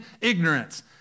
ignorance